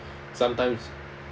sometimes